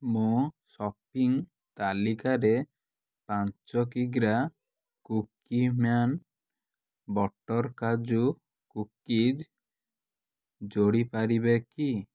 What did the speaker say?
ମୋ ସପିଂ ତାଲିକାରେ ପାଞ୍ଚ କିଗ୍ରା କୁକୀମ୍ୟାନ ବଟର୍ କାଜୁ କୁକିଜ୍ ଯୋଡ଼ି ପାରିବେ କି